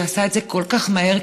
שעשה את זה כל כך מהר,